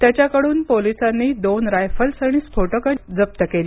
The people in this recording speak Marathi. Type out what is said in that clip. त्याच्याकडून पोलिसांनी दोन रायफल्स आणि स्फोटक जप्त केली